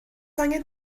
angen